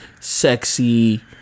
sexy